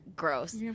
Gross